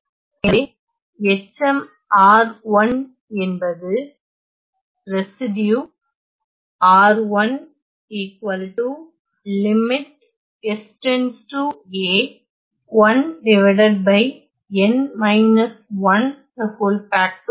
எனவே எச்சம் R1 என்பது எனவே மேலும் கலப்பெண் மாறிகள் முடிவுகளை தெரிந்துகொள்ள அப்ரமோவிட்ஸ் மற்றும் ஸ்டீகன் எழுதிய கணித சார்புகள் என்ற புத்தகத்தைப் பாருங்கள்